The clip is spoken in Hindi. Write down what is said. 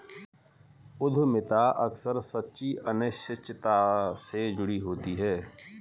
उद्यमिता अक्सर सच्ची अनिश्चितता से जुड़ी होती है